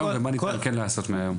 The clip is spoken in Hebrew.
לעשות עד היום ומה כן ניתן לעשות מהיום.